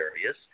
areas